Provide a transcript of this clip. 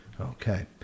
okay